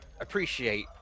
appreciate